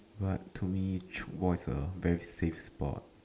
what to me tchoukball is a very safe sport